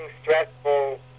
stressful